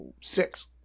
Six